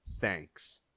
Thanks